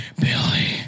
Billy